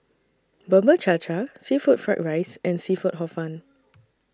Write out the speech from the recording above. Bubur Cha Cha Seafood Fried Rice and Seafood Hor Fun